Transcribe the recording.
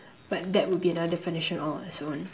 but that will be another definition all on it's own